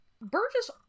Burgess